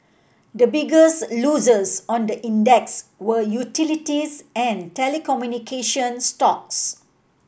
the biggest losers on the index were utilities and telecommunication stocks